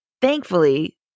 thankfully